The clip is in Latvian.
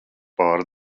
pāri